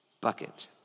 bucket